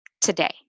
today